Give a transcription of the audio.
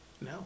No